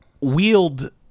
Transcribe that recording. wield